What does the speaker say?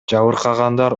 жабыркагандар